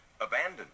abandoned